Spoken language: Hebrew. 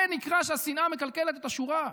זה נקרא שהשנאה מקלקלת את השורה.